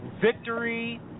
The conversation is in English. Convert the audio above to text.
victory